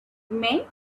men